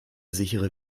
sichere